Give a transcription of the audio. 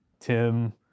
Tim